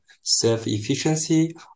self-efficiency